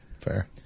Fair